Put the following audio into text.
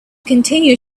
continue